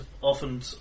often